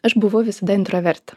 aš buvau visada intravertė